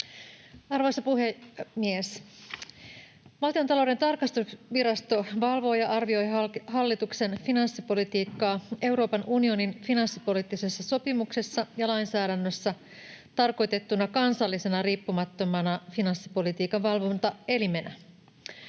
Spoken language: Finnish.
Arvoisa puhemies! Valtiontalouden tarkastusvirasto valvoo ja arvioi hallituksen finanssipolitiikkaa Euroopan unionin finanssipoliittisessa sopimuksessa ja lainsäädännössä tarkoitettuna kansallisena riippumattomana finanssipolitiikan valvontaelimenä.